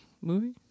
movie